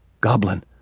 Goblin